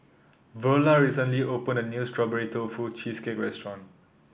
Verla recently open a new Strawberry Tofu Cheesecake restaurant